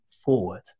forward